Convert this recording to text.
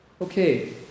Okay